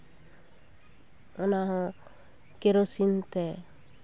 ᱚᱱᱟ ᱦᱚᱸ ᱠᱮᱨᱳᱥᱤᱱ ᱛᱮ